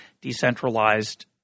decentralized